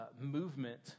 movement